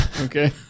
Okay